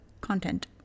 content